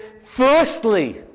firstly